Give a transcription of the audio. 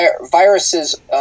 viruses